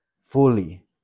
fully